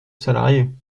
salariés